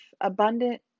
abundant